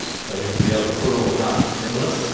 so you have to be able to pull it all apart and assemble it.